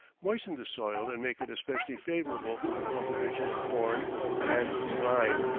moisten the soil and make it especially favourable for the cultivation of corn and the vine.